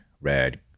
red